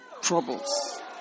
troubles